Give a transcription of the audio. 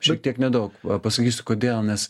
šiek tiek nedaug pasakysiu kodėl mes